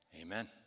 Amen